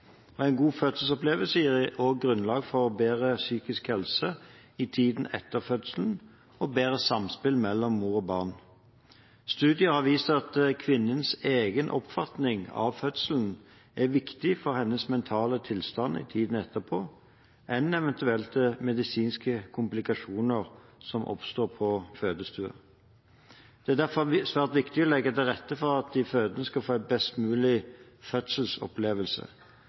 fødselsopplevelsen. En god fødselsopplevelse gir grunnlag for bedre psykisk helse i tiden etter fødselen og bedre samspill mellom mor og barn. Studier har vist at kvinnens egen oppfatning av fødselen er viktigere for hennes mentale tilstand i tiden etterpå enn eventuelle medisinske komplikasjoner som oppstår på fødestua. Det er derfor svært viktig å legge til rette for at de fødende skal få en best mulig fødselsopplevelse.